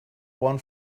one